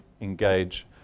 engage